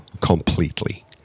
completely